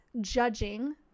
judging